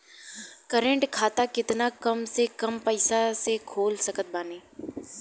Current खाता केतना कम से कम पईसा से खोल सकत बानी?